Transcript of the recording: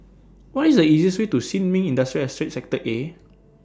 What IS The easiest Way to Sin Ming Industrial Estate Sector A